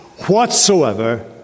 whatsoever